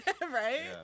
Right